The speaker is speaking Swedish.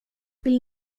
vill